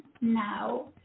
now